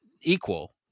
equal